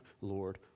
Lord